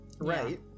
right